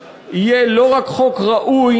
יהיה לא רק חוק ראוי,